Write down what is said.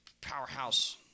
powerhouse